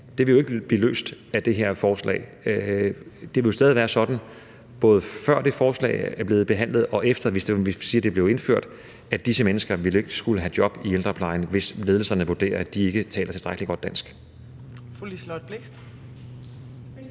vil ikke blive løst af det her forslag. Det vil stadig være sådan, både før dette forslag er blevet behandlet og efter – hvis man nu siger, det blev indført – at disse mennesker ikke vil skulle have job i ældreplejen, hvis ledelserne vurderer, at de ikke taler tilstrækkelig godt dansk. Kl. 15:28 Fjerde næstformand